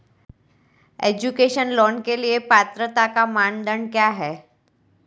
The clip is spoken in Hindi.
एजुकेशन लोंन के लिए पात्रता मानदंड क्या है?